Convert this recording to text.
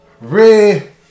red